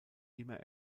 immer